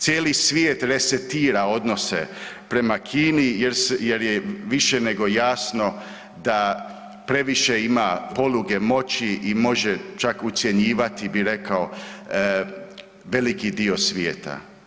Cijeli svijet resetira odnose prema Kini jer je više nego jasno da previše ima poluge moći i može čak ucjenjivati bi rekao veliki dio svijeta.